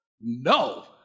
No